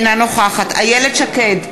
נוכחת איילת שקד,